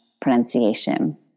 pronunciation